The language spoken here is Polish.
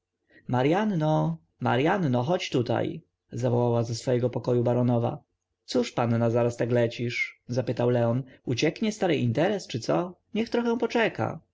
rozruszam maryanno maryanno chodź tutaj zawołała ze swego pokoju baronowa cóż panna zaraz tak lecisz zapytał leon ucieknie starej interes czy co niech trochę poczeka